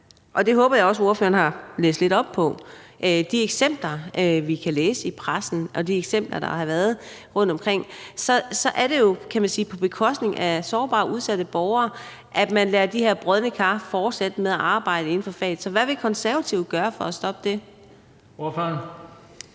det håber jeg også ordføreren har læst lidt op på, at i de eksempler, som vi kan læse i pressen, og de eksempler, der har været rundtomkring, er det på bekostning af sårbare og udsatte borgere, at man lader de her brodne kar fortsætte med at arbejde inden for faget. Så hvad vil Konservative gøre for at stoppe det? Kl.